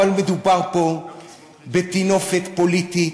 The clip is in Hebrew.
אבל מדובר פה בטינופת פוליטית,